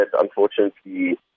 unfortunately